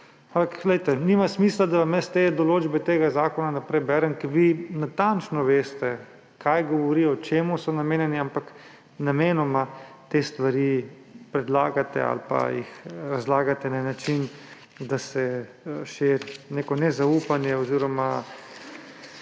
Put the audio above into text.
svoje proračune. Nima smisla, da vam jaz te določbe tega zakona naprej berem, ker vi natančno veste, kaj govori, čemu so namenjene, ampak namenoma te stvari predlagate ali pa jih razlagate na način, da se širi neko nezaupanje oziroma